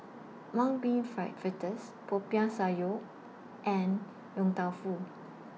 Mung Bean Fritters Popiah Sayur and Yong Tau Foo